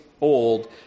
old